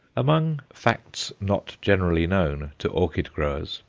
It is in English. among facts not generally known to orchid-growers,